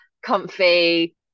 comfy